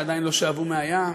שעדיין לא שאבו מהים.